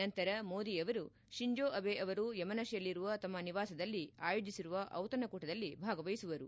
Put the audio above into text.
ನಂತರ ಮೋದಿ ಅವರು Shinzo Abe ಅವರು ಯಮನಶಿಯಲ್ಲಿರುವ ತಮ್ಮ ನಿವಾಸದಲ್ಲಿ ಆಯೋಜಿಸಿರುವ ಬಿತಣಕೂಟದಲ್ಲಿ ಭಾಗವಹಿಸುವರು